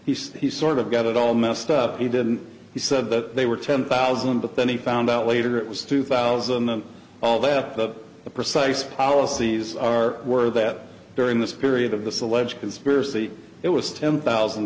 said he sort of got it all messed up he didn't he said that they were ten thousand but then he found out later it was two thousand and although the precise policies are were that during this period of this alleged conspiracy it was ten thousand